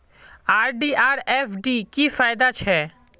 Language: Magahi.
आर.डी आर एफ.डी की फ़ायदा छे?